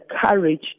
courage